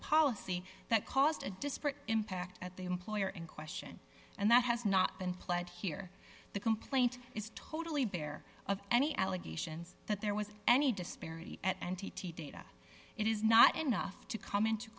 policy that caused a disparate impact at the employer in question and that has not been plenty here the complaint is totally bare of any allegations that there was any disparity at n t t data it is not enough to come into